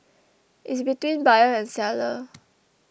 is between buyer and seller